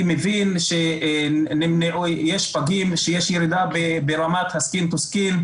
אני מבין שיש פגים שיש ירידה ברמת ה-"skin to skin",